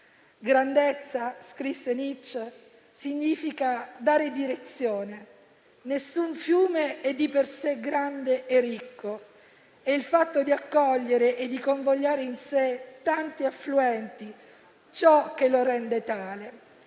«Grandezza significa: dare direzione. Nessun fiume è di per sé grande e ricco: è il fatto di accogliere e di convogliare in sé tanti affluenti ciò che lo rende tale».